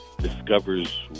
discovers